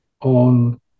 on